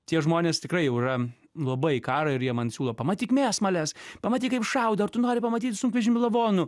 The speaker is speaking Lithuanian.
tie žmonės tikrai jau yra labai į karą ir jie man siūlo pamatyk mėsmales pamatyk kaip šaudo ar tu nori pamatyt sunkvežimį lavonų